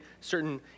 certain